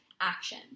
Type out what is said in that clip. action